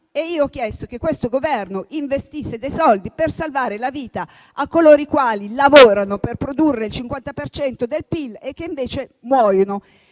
Ho chiesto che questo Governo investisse dei soldi per salvare la vita a coloro i quali lavorano per produrre il 50 per cento del PIL e che invece muoiono.